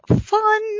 fun